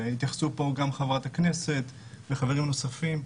והתייחסו פה גם חברת הכנסת וחברים נוספים.